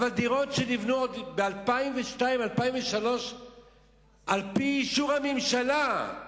אבל דירות שנבנו ב-2002 2003 על-פי אישור הממשלה,